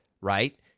right